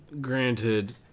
granted